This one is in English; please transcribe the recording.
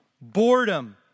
boredom